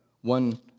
one